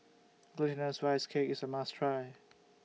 Glutinous Rice Cake IS A must Try